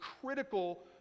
critical